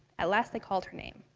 at last they called her name.